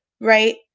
right